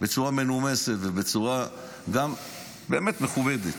בצורה מנומסת ובצורה באמת מכובדת.